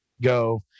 go